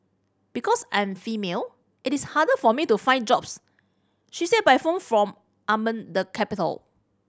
because I'm female it is harder for me to find jobs she said by phone from Amman the capital